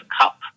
cup